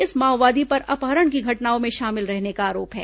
इस माओवादी पर अपहरण की घटनाओं में शामिल रहने का आरोप है